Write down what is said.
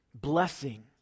Blessing